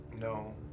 No